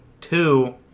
two